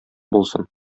булсын